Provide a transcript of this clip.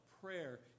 prayer